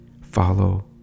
follow